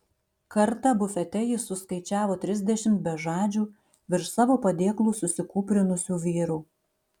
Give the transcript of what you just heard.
kartą bufete jis suskaičiavo trisdešimt bežadžių virš savo padėklų susikūprinusių vyrų